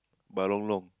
balonglong